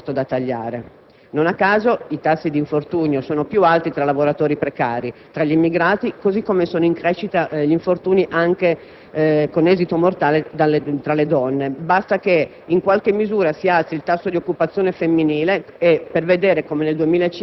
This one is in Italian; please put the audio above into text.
imposizione di ritmi più intensi, ma anche considerando la sicurezza come un costo da tagliare. Non a caso, i tassi di infortunio sono più alti tra i lavoratori precari, tra gli immigrati, così come sono in crescita gli infortuni anche con esito mortale tra le donne. Nel